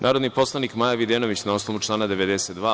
Narodni poslanik Maja Videnović, na osnovu člana 92.